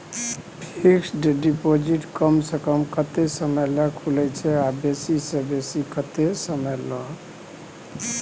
Fixed deposit कम स कम कत्ते समय ल खुले छै आ बेसी स बेसी केत्ते समय ल?